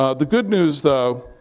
ah the good news though,